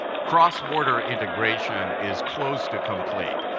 cross-border integration is close to complete,